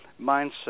mindset